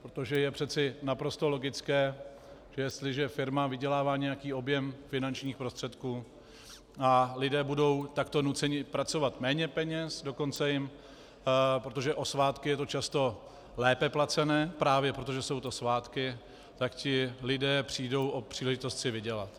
Protože je přeci naprosto logické, že jestliže firma vydělává nějaký objem finančních prostředků a lidé budou takto nuceni pracovat, méně peněz, dokonce, protože o svátcích je to často lépe placené, právě proto, že jsou to svátky, tak ti lidé přijdou o příležitost si vydělat.